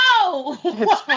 No